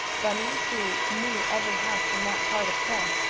bunny and sue knew every house in that part of town,